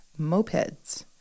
mopeds